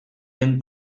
den